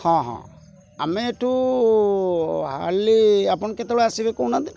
ହଁ ହଁ ଆମେ ଏଠୁ ହାର୍ଡ଼ଲୀ ଆପଣ କେତେବେଳେ ଆସିବେ କହୁନାହାଁନ୍ତି